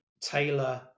tailor